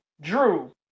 drew